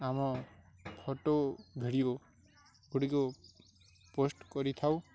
ଆମ photo video ଗୁଡ଼ିକ post କରିଥାଉ